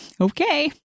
Okay